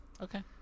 okay